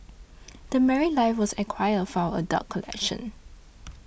The Married Life was acquired for our adult collection